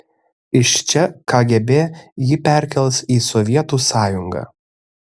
iš čia kgb jį perkels į sovietų sąjungą